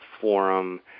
forum